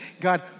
God